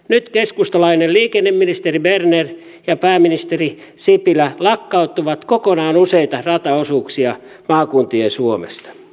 nyt keskustalainen liikenneministeri berner ja pääministeri sipilä lakkauttavat kokonaan useita rataosuuksia maakuntien suomesta